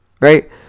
right